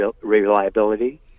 reliability